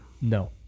no